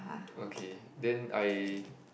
okay then I